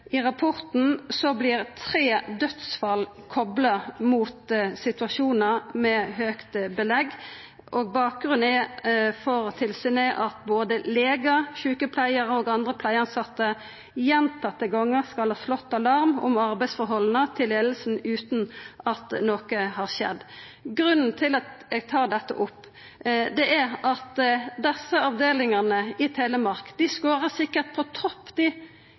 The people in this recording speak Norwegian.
I rapporten vert tre dødsfall kopla mot situasjonar med høgt belegg, og bakgrunnen for tilsynet er at både legar, sjukepleiarar og andre pleietilsette gjentatte gonger skal ha slått alarm om arbeidsforholda til leiinga, utan at noko har skjedd. Grunnen til at eg tar dette opp, er at desse avdelingane i Telemark sikkert skårar på topp i Riksrevisjonen si undersøking av kor arbeidsproduktive dei